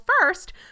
first